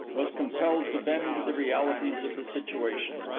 was compelled to bend to the realities of the situation.